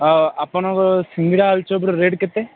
ହଁ ଆପଣଙ୍କ ସିଙ୍ଗଡ଼ା ଆଳୁଚପ୍ର ରେଟ୍ କେତେ